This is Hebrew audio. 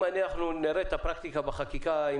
אם אנחנו נראה את הפרקטיקה בחקיקה,